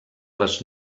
les